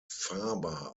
faber